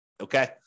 Okay